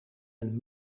een